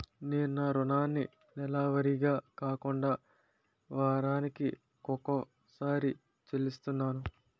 నేను నా రుణాన్ని నెలవారీగా కాకుండా వారాని కొక్కసారి చెల్లిస్తున్నాను